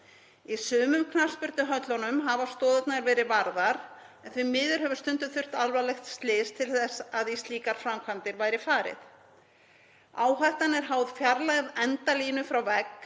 Í sumum knattspyrnuhúsunum hafa stoðirnar verið varðar en því miður hefur stundum þurft alvarlegt slys til þess að í slíkar framkvæmdir væri farið. Áhættan er háð fjarlægð endalínu frá vegg